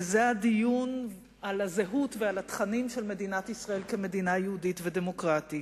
וזה הדיון על הזהות ועל התכנים של מדינת ישראל כמדינה יהודית ודמוקרטית.